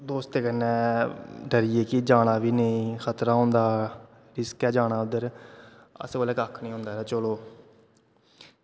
दोस्तें कन्नै जरी गे कि जाना बी नेईं खतरा होंदा रिस्क ऐ जाना उद्धर असें बोलेआ कक्ख निं होंदा यार चलो